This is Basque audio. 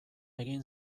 egin